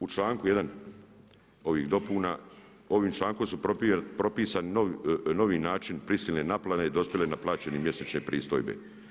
U članku 1. ovih dopuna ovim člankom su propisani novi način prisilne naplate dospjele na plaćanje mjesečne pristojbe.